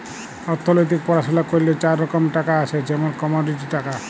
অথ্থলিতিক পড়াশুলা ক্যইরলে চার রকম টাকা আছে যেমল কমডিটি টাকা